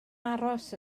aros